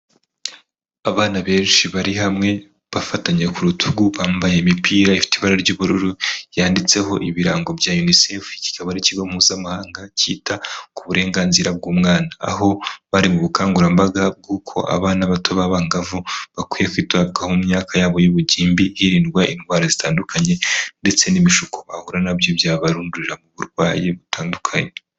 Abana benshi bari hamwe bafatanyiye ku rutugu bambaye imipira ifite ibara ry'ubururu yanditseho ibirango bya unicef, iki kikaba ariikigo mpuzamahanga cyita ku burenganzira bw'umwana, aho bari mu bukangurambaga bw'uko abana bato babangavu bakwiye kwitabwaho mu myaka yabo y'ubugimbi hirindwa indwara zitandukanye ndetse n'ibishuko bahura na byo byabarundurira mu burwayi butandukanye.